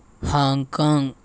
Hong Kong